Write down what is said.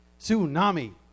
Tsunami